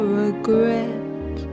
regret